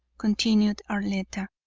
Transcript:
continued arletta,